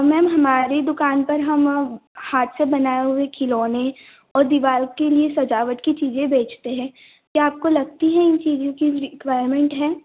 ma'am हमारी दुकान पर हम हाथ से बनाए हुए खिलौने और दीवार के लिए सजावट की चीज़ें बेचते हैं क्या आपको लगती हैं इन चीज़ों की रिक्वायरमेंट है